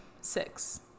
six